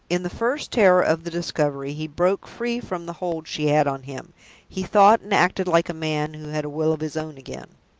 in the first terror of the discovery, he broke free from the hold she had on him he thought and acted like a man who had a will of his own again.